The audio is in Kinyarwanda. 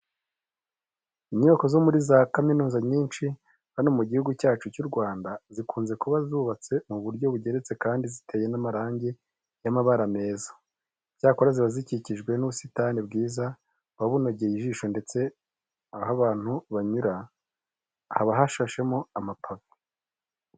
Inyubako zo muri za kaminuza nyinshi hano mu Gihugu cyacu cy'u Rwanda zikunze kuba zubatse mu buryo bugeretse kandi ziteye n'amarange y'amabara meza. Icyakora ziba zikikijwe n'ubusitani bwiza buba bunogeye ijisho ndetse aho abantu banyura haba hashashemo amapave.